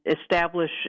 establish